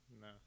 No